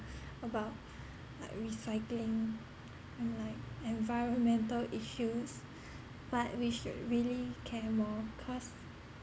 about like recycling and like environmental issues but we should really care more cause